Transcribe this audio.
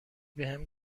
بهم